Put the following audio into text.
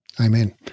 Amen